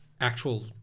actual